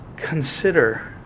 Consider